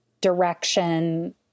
direction